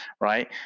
right